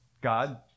God